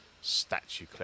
statue